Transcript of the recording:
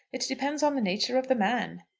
it depends on the nature of the man.